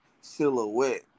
silhouette